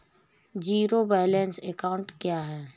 Zero balance account क्या है?